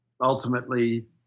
ultimately